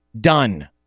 Done